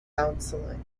counseling